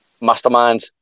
mastermind